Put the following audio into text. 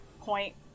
point